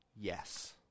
yes